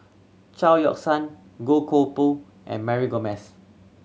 Chao Yoke San Goh Koh Pui and Mary Gomes